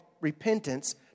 repentance